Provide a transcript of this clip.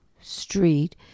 street